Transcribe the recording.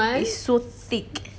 it's so thick